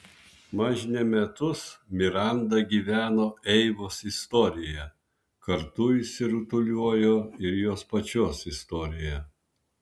mažne metus miranda gyveno eivos istorija kartu išsirutuliojo ir jos pačios istorija